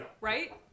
Right